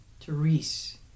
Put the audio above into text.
Therese